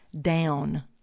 down